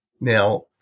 Now